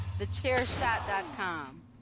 TheChairShot.com